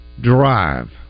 drive